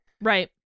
right